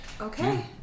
okay